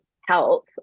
health